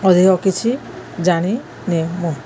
ଅଧିକ କିଛି ଜାଣିନି ମୁଁ